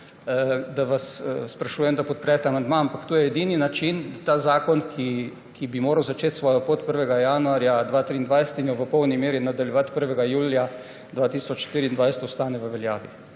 da vas sprašujem, da podprete amandma, ampak to je edini način, da ta zakon, ki bi moral začeti svojo pot 1. januarja 2023 in jo v polni meri nadaljevati 1. julija 2024, ostane v veljavi.